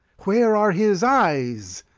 where are his eyes?